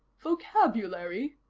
vocabulary?